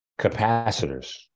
capacitors